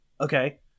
okay